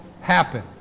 happen